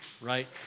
Right